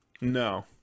No